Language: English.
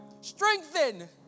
Strengthen